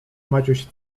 maciuś